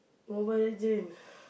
Mobile-Legend